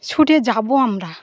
ছুটে যাব আমরা